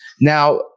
now